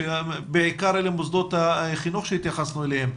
שאלה בעיקר מוסדות החינוך שהתייחסנו אליהם.